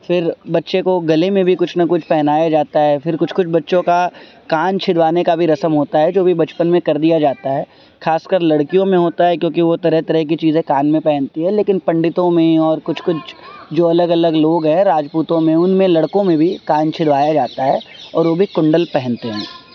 پھر بچے کو گلے میں بھی کچھ نہ کچھ پہنایا جاتا ہے پھر کچھ کچھ بچوں کا کان چھدوانے کا بھی رسم ہوتا ہے جو بھی بچپن میں کر دیا جاتا ہے خاص کر لڑکیوں میں ہوتا ہے کیونکہ وہ طرح طرح کی چیزیں کان میں پہنتی ہے لیکن پنڈتوں میں اور کچھ کچھ جو الگ الگ لوگ ہیں راجپوتوں میں ان میں لڑکوں میں بھی کان چھدوایا جاتا ہے اور وہ بھی کنڈل پہنتے ہیں